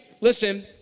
Listen